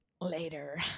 later